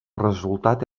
resultat